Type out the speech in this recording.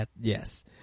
Yes